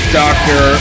doctor